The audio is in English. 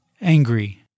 angry